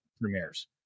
premieres